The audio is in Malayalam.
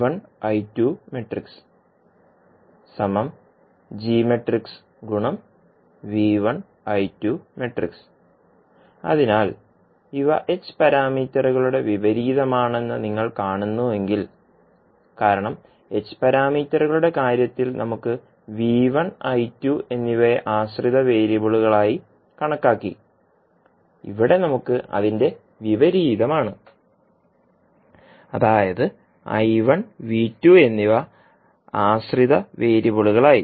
നിങ്ങൾക്ക് ഒരു ആശ്രിത വേരിയബിൾ വെക്റ്ററായി എഴുതാം അതിനാൽ ഇവ h പാരാമീറ്ററുകളുടെ വിപരീതമാണെന്ന് നിങ്ങൾ കാണുന്നുവെങ്കിൽ കാരണം h പാരാമീറ്ററുകളുടെ കാര്യത്തിൽ നമുക്ക് എന്നിവയെ ആശ്രിത വേരിയബിളുകളായി കണക്കാക്കി ഇവിടെ നമുക്ക് അതിന്റെ വിപരീതമാണ് അതായത് എന്നിവ ആശ്രിത വേരിയബിളുകളായി